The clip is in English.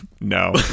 no